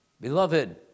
Beloved